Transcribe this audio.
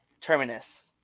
Terminus